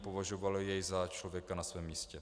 Považovali jej za člověka na svém místě.